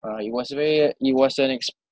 uh it was very it was an ex~